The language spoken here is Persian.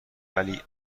ولی